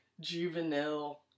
juvenile